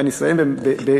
אני אסיים בציטוט